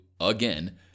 again